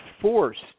forced